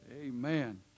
Amen